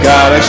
God